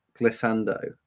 glissando